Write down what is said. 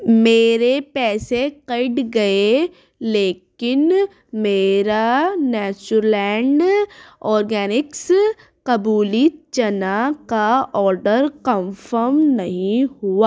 میرے پیسے کٹ گئے لیکن میرا natural and organics kabuli chana کا آڈر قنفم نہیں ہوا